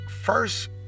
first